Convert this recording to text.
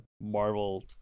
marvel